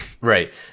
right